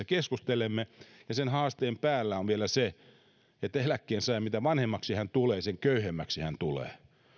keskustelemme ja sen haasteen päällä on vielä se että mitä vanhemmaksi eläkkeensaaja tulee sen köyhemmäksi hän tulee